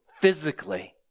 physically